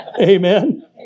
Amen